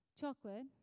Chocolate